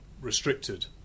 restricted